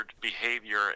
behavior